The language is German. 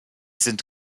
sind